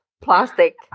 plastic